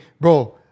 bro